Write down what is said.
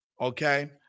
Okay